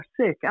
sick